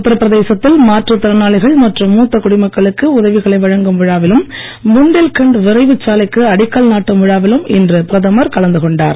உத்தரப்பிரதேசத்தில் மாற்றுத் திறனாளிகள் மற்றும் மூத்த குடிமக்களுக்கு உதவிகளை வழங்கும் விழாவிலும் புண்டேல்கண்ட் விரைவுச் சாலைக்கு அடிக்கல் நாட்டும் விழாவிலும் இன்று பிரதமர் கலந்து கொண்டார்